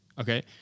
Okay